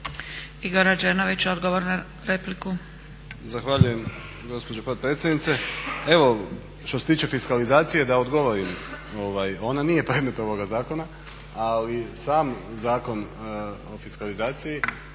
**Rađenović, Igor (SDP)** Zahvaljujem gospođo potpredsjednice. Evo što se tiče fiskalizacije da odgovorim. Ona nije predmet ovoga zakona, ali sam Zakon o fiskalizaciji